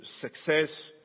success